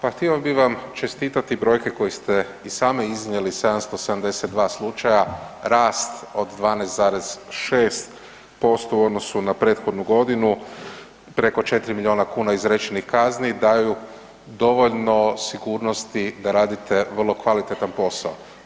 Pa htio bi vam čestitati, brojke koje ste i sami iznijeli, 772 slučaja, rast od 12,6% u odnosu na prethodnu godinu, preko 4 milijuna kn izrečenih kazni daju dovoljno sigurnosti da radite vrlo kvalitetan posao.